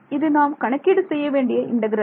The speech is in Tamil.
இது நாம் கணக்கீடு செய்ய வேண்டிய இன்டெக்ரல்